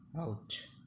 out